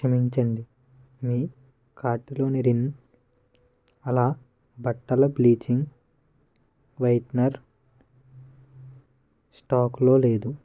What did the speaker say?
క్షమించండి మీ కార్టులోని రిన్ అలా బట్టల బ్లీచింగ్ వైట్నర్ స్టాకులో లేదు